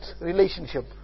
relationship